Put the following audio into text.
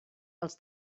els